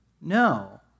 No